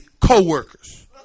co-workers